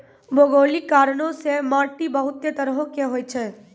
भौगोलिक कारणो से माट्टी बहुते तरहो के होय छै